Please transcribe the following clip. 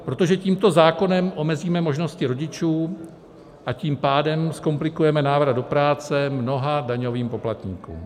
Protože tímto zákonem omezíme možnosti rodičů, a tím pádem zkomplikujeme návrat do práce mnoha daňovým poplatníkům.